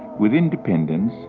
with independence,